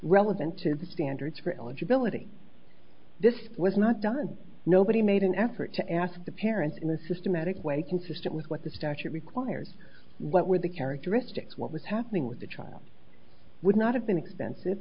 relevant to the standards for eligibility this was not done nobody made an effort to ask the parents in a systematic way consistent with what this doctor requires what were the characteristics what was happening with the child would not have been expensive